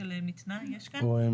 שלום וברכה אדוני היושב ראש,